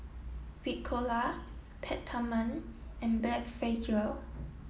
Ricola Peptamen and Blephagel